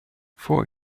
for